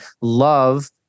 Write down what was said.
love